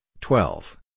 twelve